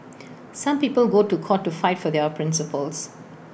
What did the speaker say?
some people go to court to fight for their principles